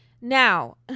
Now